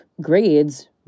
grades